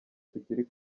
tukiri